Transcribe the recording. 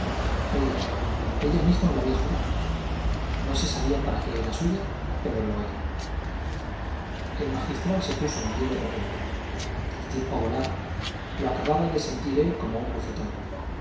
ella ella misma lo había jurado no se sabía para qué era suya pero lo era el magistral se puso en pie de repente el tiempo volaba lo acababa de sentir él como un bofetón